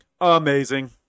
Amazing